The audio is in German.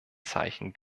zeichen